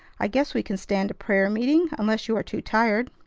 i guess we can stand a prayer meeting unless you are too tired.